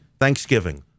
Thanksgiving